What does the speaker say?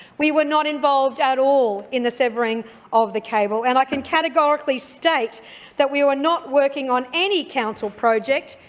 we were not involved at all in the severing of the cable, and i can categorically state that we were not working on any council project,